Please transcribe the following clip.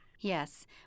Yes